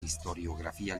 historiografía